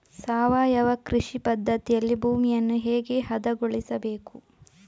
ಸಾವಯವ ಕೃಷಿ ಪದ್ಧತಿಯಲ್ಲಿ ಭೂಮಿಯನ್ನು ಹೇಗೆ ಹದಗೊಳಿಸಬೇಕು?